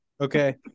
Okay